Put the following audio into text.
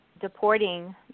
deporting